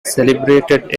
celebrated